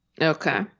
Okay